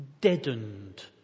deadened